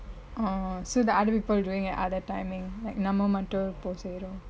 orh so the other people doing at other timing like நம்மெ மட்டு இப்பொ செய்ரோ:namme mattu ippo seirom